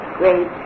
great